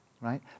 right